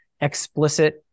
explicit